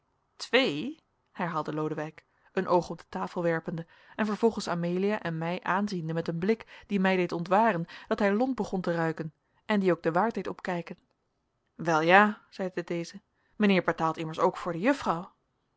twee herhaalde lodewijk een oog op de tafel werpende en vervolgens amelia en mij aanziende met een blik die mij deed ontwaren dat hij lont begon te ruiken en die ook den waard deed opkijken wel ja zeide deze mijnheer betaalt immers ook voor de juffrouw